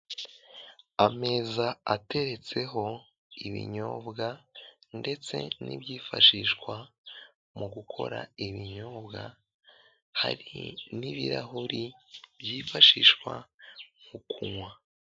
Ameza ateretseho ibinyobwa ndetse n'ibyifashishwa mu gukora ibinyobwa, hari n'ibirahuri byifashishwa mu kunywa.